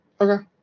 Okay